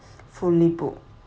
fully booked